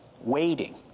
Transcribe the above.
waiting